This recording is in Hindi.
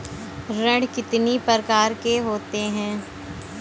ऋण कितनी प्रकार के होते हैं?